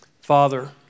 Father